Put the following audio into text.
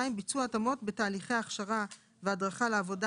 ביצוע התאמות בתהליכי ההכשרה וההדרכה לעבודה,